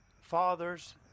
fathers